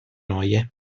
noie